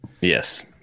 yes